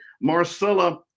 marcella